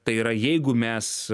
tai yra jeigu mes